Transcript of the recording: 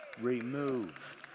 Remove